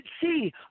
see